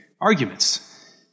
Arguments